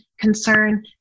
concern